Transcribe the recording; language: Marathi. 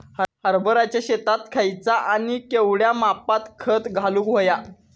हरभराच्या शेतात खयचा आणि केवढया मापात खत घालुक व्हया?